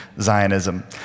Zionism